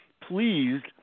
pleased